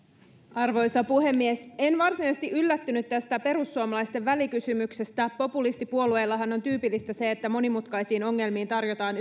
arvoisa puhemies en varsinaisesti yllättynyt tästä perussuomalaisten välikysymyksestä populistipuolueillahan on tyypillistä se että monimutkaisiin ongelmiin tarjotaan